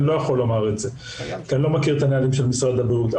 אני לא יכול לומר כי אני לא מכיר את הנהלים של משרד הבריאות.